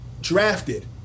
drafted